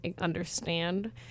understand